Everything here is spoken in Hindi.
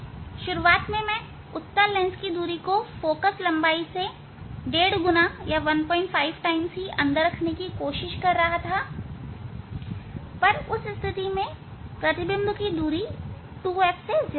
शुरुआत में मैं उत्तल लेंस की दूरी को फोकल लंबाई के 15 गुना दूरी के अंदर ही रखने की कोशिश कर रहा था पर उस स्थिति में प्रतिबिंब की दूरी 2f से ज्यादा थी